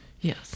Yes